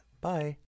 Bye